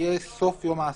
יהיה סוף יום העסקים,